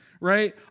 right